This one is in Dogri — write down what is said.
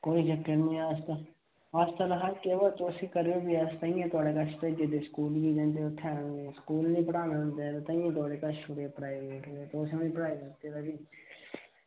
कोई चक्कर नी अस ते लखाह्गे पर तुस बी करेओ ताइयें भेजे दे थुआड़े कश भेजे दे स्कूल एह जंदे उत्थै स्कूल आह्ले पढ़ना औंदा ताइयें थुआढ़े कश छड्डे दे प्राइवेट तुस ब पढ़ाई सकगे ते फ्ही